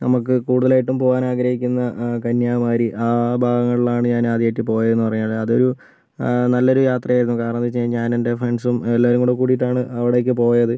നമുക്ക് കൂടുതലായിട്ടും പോകാനാഗ്രഹിക്കുന്ന കന്യാകുമാരി ആ ഭാഗങ്ങളിലാണ് ഞാൻ ആദ്യമായിട്ട് പോയത് എന്നു പറയുക അത് നല്ലൊരു യാത്രയായിരുന്നു കാരണം എന്ന് വച്ച് കഴിഞ്ഞാൽ ഞാനെൻ്റെ ഫ്രണ്ട്സും എല്ലാവരും കൂടിയിട്ടാണ് അവിടേക്ക് പോയത്